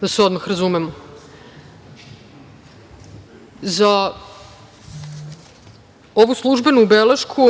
da se odmah razumemo. Za ovu službenu belešku